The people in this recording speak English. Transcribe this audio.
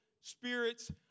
spirits